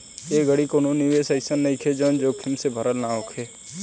ए घड़ी कवनो निवेश अइसन नइखे जवन जोखिम से भरल ना होखे